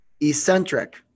Eccentric